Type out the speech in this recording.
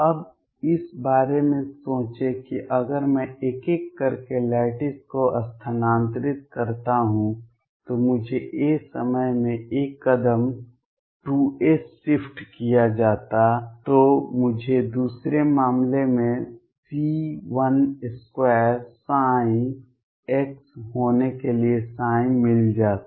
अब इस बारे में सोचें कि अगर मैं एक एक करके लैटिस को स्थानांतरित करता तो मुझे a समय में a कदम 2 a शिफ्ट किया जाता तो मुझे दूसरे मामले में C12ψ होने के लिए मिल जाता